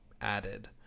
added